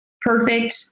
perfect